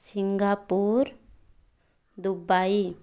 Singapore Dubai